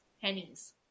pennies